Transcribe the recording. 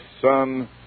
son